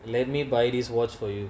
let me by this watch for you